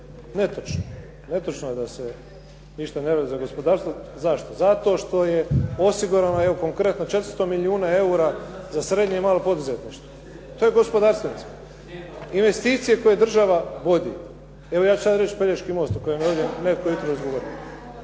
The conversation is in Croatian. Netočno. Netočno je da se ništa ne radi za gospodarstvo. Zašto? Zato što je osigurano evo konkretno 400 milijuna eura za srednje i malo poduzetništvo, to je gospodarstvenicima. Investicije koje država vodi, evo ja ću sada reći Pelješki most o kojem je ovdje